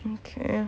okay